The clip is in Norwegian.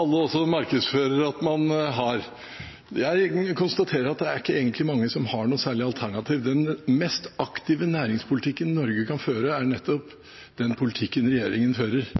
alle også markedsfører at man har. Jeg konstaterer at det egentlig ikke er mange som har noe særlig alternativ. Den mest aktive næringspolitikken Norge kan føre, er nettopp den politikken regjeringen fører.